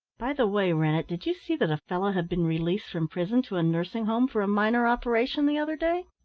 by the way, rennett, did you see that a fellow had been released from prison to a nursing home for a minor operation the other day?